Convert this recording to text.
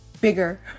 bigger